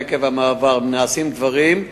עקב המעבר נעשים דברים,